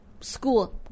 school